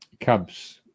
Cubs